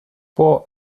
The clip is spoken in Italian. può